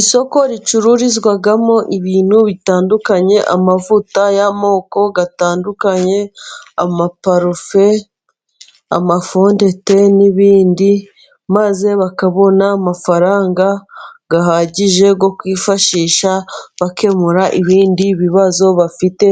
Isoko ricururizwamo ibintu bitandukanye. Amavuta y'amoko atandukanye, amaparufe, amafudete n'ibindi. Maze bakabona amafaranga ahagije yo kwifashisha bakemura ibindi bibazo bafite,